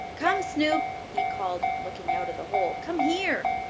come, snoop! he called, looking out of the hole. come here!